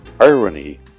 irony